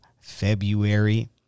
february